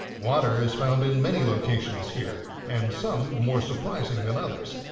water is found in many locations here and some more surprising than others.